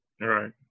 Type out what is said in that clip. right